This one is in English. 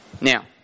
now